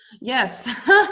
Yes